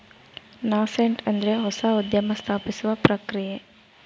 nascent ಅಂದ್ರೆ ಹೊಸ ಉದ್ಯಮ ಸ್ಥಾಪಿಸುವ ಪ್ರಕ್ರಿಯೆ